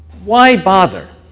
why bother?